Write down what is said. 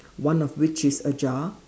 one of which is ajar